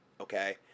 okay